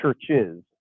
churches